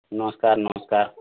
ନମସ୍କାର୍ ନମସ୍କାର୍